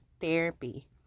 therapy